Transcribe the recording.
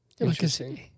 interesting